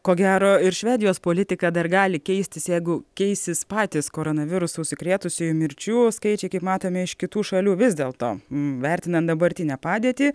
ko gero ir švedijos politika dar gali keistis jeigu keisis patys koronavirusu užsikrėtusiųjų mirčių skaičiai kaip matome iš kitų šalių vis dėlto vertinant dabartinę padėtį